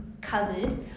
covered